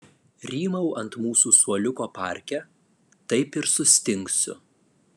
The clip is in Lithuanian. rymau ant mūsų suoliuko parke taip ir sustingsiu